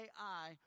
Ai